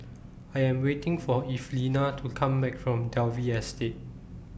I Am waiting For Evelina to Come Back from Dalvey Estate